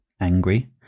angry